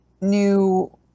new